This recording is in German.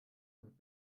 und